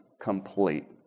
complete